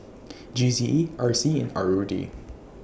G C E R C and R O D